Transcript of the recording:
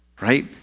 right